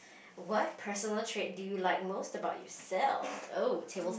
what personal trait do you like most about yourself oh table